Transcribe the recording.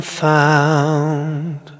found